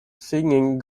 singing